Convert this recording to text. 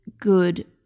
good